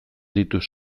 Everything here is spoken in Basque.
ditut